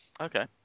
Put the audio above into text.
Okay